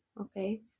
okay